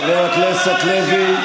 חבר הכנסת לוי.